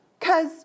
Cause